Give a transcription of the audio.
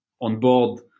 onboard